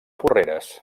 porreres